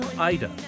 Ida